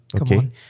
Okay